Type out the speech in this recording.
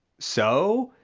so!